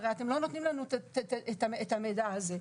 הרי אתם לא נותנים לנו את המידע הזה.